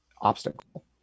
obstacle